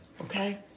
Okay